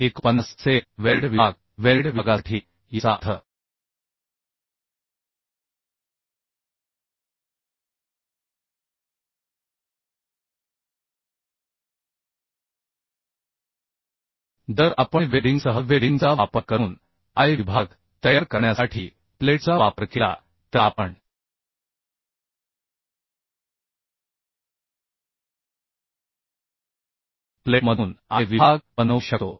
49 असेल वेल्डेड विभाग वेल्डेड विभागासाठी याचा अर्थ जर आपण वेल्डिंगसह वेल्डिंगचा वापर करून I विभाग तयार करण्यासाठी प्लेटचा वापर केला तर आपण प्लेटमधून I विभाग बनवू शकतो